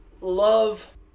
love